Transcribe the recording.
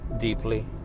deeply